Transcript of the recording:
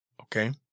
Okay